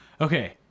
Okay